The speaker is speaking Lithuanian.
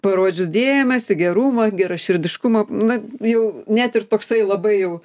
parodžius dėmesį gerumą geraširdiškumą na jau net ir toksai labai jau